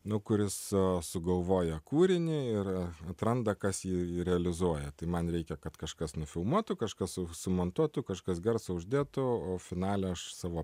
nu kuris sugalvoja kūrinį ir atranda kas jį realizuoja tai man reikia kad kažkas nufilmuotų kažkas su sumontuotų kažkas garsą uždėtų o finale aš savo